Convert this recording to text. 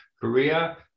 Korea